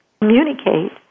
communicate